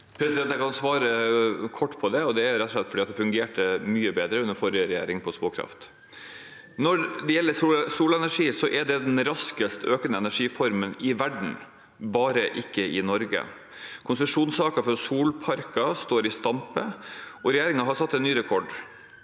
Jeg kan svare kort på det, og det er rett og slett fordi det fungerte mye bedre på småkraft under forrige regjering. Når det gjelder solenergi, er det den raskest økende energiformen i verden, bare ikke i Norge. Konsesjonssaker for solparker står i stampe, og regjeringen har satt ny rekord.